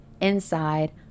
inside